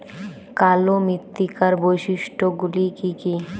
কালো মৃত্তিকার বৈশিষ্ট্য গুলি কি কি?